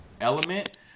element